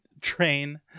train